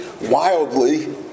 wildly